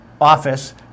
office